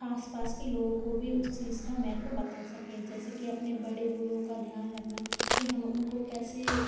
आसपास के लोगों को भी उस चीज का महत्व बता सकें जैसे कि अपने बड़े बूढों का ध्यान रखना कि हम उनको कैसे